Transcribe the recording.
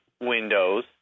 Windows